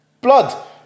blood